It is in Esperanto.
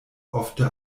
ofte